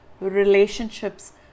relationships